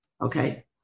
Okay